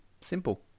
Simple